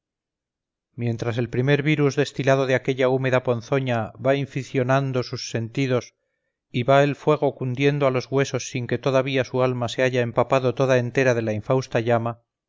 mientras el primer virus destilado de aquella húmeda ponzoña va inficionando sus sentidos y va el fuego cundiendo a los huesos sin que todavía su alma se haya empapado toda entera en la infausta llama